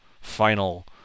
final